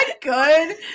good